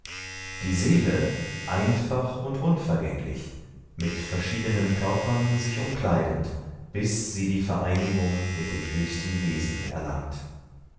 die seele einfach und unvergänglich mit verschiedenen körpern sich umkleidend bis sie die vereinigung mit dem höchsten wesen erlangt